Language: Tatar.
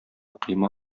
койма